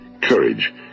courage